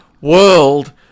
world